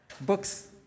books